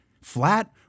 flat